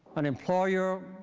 an employer